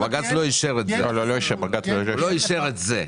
לא, בג"ץ לא אישר את זה.